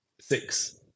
six